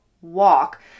Walk